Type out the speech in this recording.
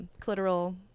clitoral